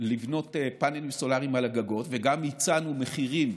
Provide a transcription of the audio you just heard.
לבנות פאנלים סולריים על הגגות, וגם הצענו מחירים,